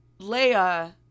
Leia